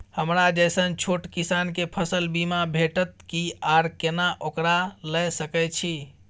हमरा जैसन छोट किसान के फसल बीमा भेटत कि आर केना ओकरा लैय सकैय छि?